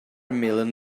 million